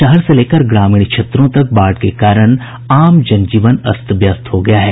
शहर से लेकर ग्रामीण क्षेत्रों तक बाढ़ के कारण आम जनजीवन अस्त व्यस्त हो गया है